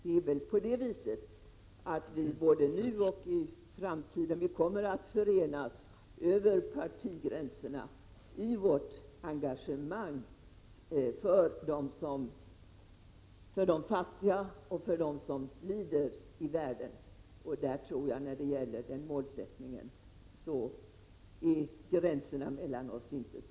Säkerligen kommer vi även i framtiden att förenas över partigränserna i vårt engagemang för de fattiga och för dem som lider i världen. I den målsättningen tror jag inte att det finns några gränser mellan OSS.